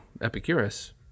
Epicurus